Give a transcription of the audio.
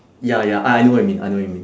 ya ya I know what you mean I know what you mean